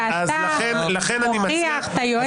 ואתה מוכיח את היועץ המשפטי לוועדה.